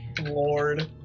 Lord